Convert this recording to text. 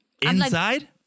Inside